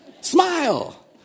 Smile